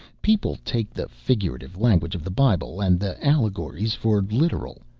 people take the figurative language of the bible and the allegories for literal,